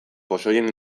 pozoien